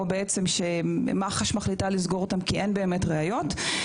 או שבעצם מח"ש מחליטה לסגור אותם כי אין באמת ראיות.